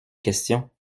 questions